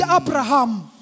Abraham